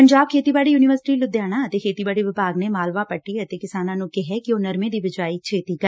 ਪੰਜਾਬ ਖੇਤੀਬਾੜੀ ਯੂਨੀਵਰਸਿਟੀ ਲੁਧਿਆਣਾ ਅਤੇ ਖੇਤੀਬਾੜੀ ਵਿਭਾਗ ਨੇ ਮਾਲਵਾ ਪੱਟੀ ਦੇ ਕਿਸਾਨਾਂ ਨੂੰ ਕਿਹੈ ਕਿ ਉਹ ਨਰਮੇ ਦੀ ਬਿਜਾਈ ਛੇਤੀ ਕਰਨ